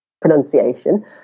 pronunciation